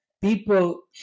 people